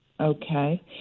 okay